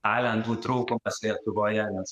talentų trūkumas lietuvoje nes